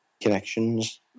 connections